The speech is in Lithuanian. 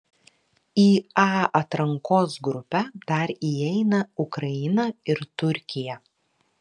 į a atrankos grupę dar įeina ukraina ir turkija